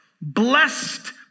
Blessed